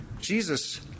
Jesus